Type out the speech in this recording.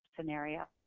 scenario